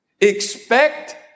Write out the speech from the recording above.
Expect